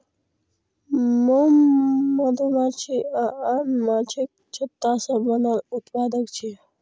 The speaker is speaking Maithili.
मोम मधुमाछी आ आन माछीक छत्ता सं बनल उत्पाद छियै